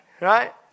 right